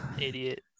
Idiot